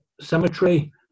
cemetery